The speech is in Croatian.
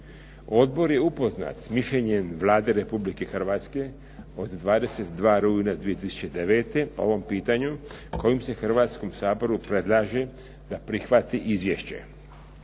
Odbor je upoznat s mišljenjem Vlade Republike Hrvatske od 22. rujna 2009. po ovom pitanju kojem se Hrvatskom saboru predlaže da ti prihvati izvješće.